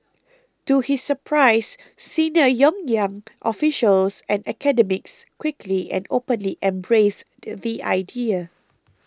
to his surprise senior Pyongyang officials and academics quickly and openly embraced the idea